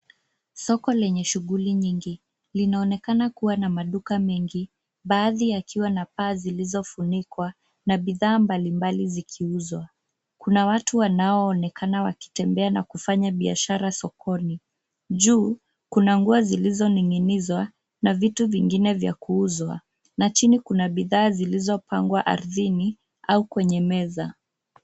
Soko lenye shughuli nyingi. Linaonekana kuwa na maduka mengi, baadhi yakiwa na paa zilizofunikwa na bidhaa mbalimbali zikiuzwa. Kuna watu wanaoonekana wakitembea na kufanya biashara sokoni. Juu kuna nguo zilizoning'inizwa na vitu vingine vya kuuzwa na chini kuna bidhaa zilizopangwa ardhini au kwenye meza.